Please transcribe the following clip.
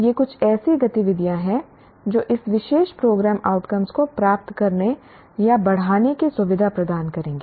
ये कुछ ऐसी गतिविधियाँ हैं जो इस विशेष प्रोग्राम आउटकम्स को प्राप्त करने या बढ़ाने की सुविधा प्रदान करेंगी